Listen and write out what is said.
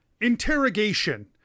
interrogation